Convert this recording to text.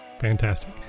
Fantastic